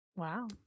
wow